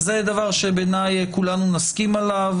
זה דבר שבעיניי כולנו נסכים עליו,